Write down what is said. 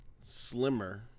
Slimmer